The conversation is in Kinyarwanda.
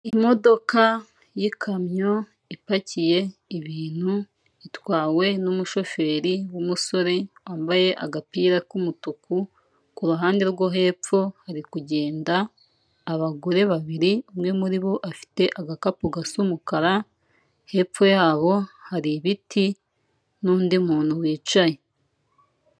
Imodoka y'ikamyo ipakiye ibintu, itwawe n'umushoferi w'umusore wambaye agapira k'umutuku, ku ruhande rwo hepfo hari kugenda abagore babiri, umwe muri bo afite agakapu gasa umukara, hepfo yabo hari ibiti n'undi muntu wicaye.